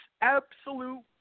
absolute